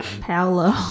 Paolo